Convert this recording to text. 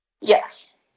Yes